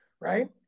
right